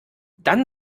dann